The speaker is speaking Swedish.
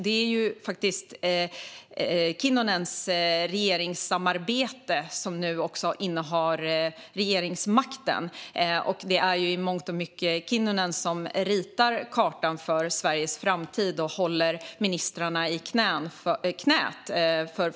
Det är faktiskt Kinnunens regeringssamarbete som nu innehar regeringsmakten. Och det är i mångt och mycket Kinnunen som ritar kartan för Sveriges framtid och håller ministrarna i knät.